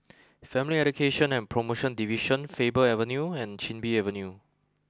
Family Education and Promotion Division Faber Avenue and Chin Bee Avenue